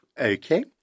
Okay